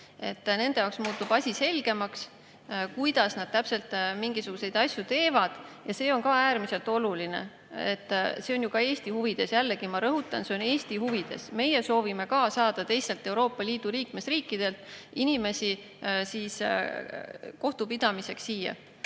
Nende jaoks muutub asi selgemaks, kuidas nad täpselt mingisuguseid asju teevad. Ja see on ka äärmiselt oluline, see on ju ka Eesti huvides. Jällegi ma rõhutan, see on Eesti huvides. Meie soovime ka saada teistelt Euroopa Liidu liikmesriikidelt inimesi kohtupidamiseks siia.